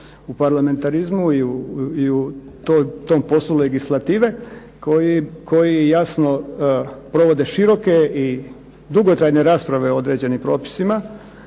u parlamentarizmu i u tom poslu legislative koji je jasno provode široke i dugotrajne rasprave o određenim propisima,